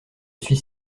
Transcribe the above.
suis